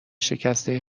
شکسته